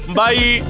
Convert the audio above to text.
bye